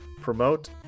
promote